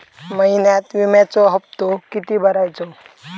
महिन्यात विम्याचो हप्तो किती भरायचो?